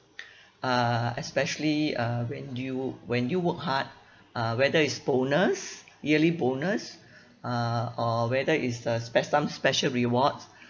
uh especially uh when you when you work hard uh whether it's bonus yearly bonus uh or whether it's a spec~ some special rewards